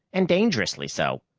and dangerously so.